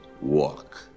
walk